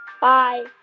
Bye